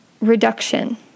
reduction